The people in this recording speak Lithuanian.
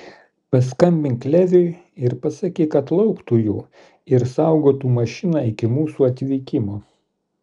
paskambink leviui ir pasakyk kad lauktų jų ir saugotų mašiną iki mūsų atvykimo